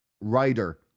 Writer